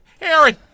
Aaron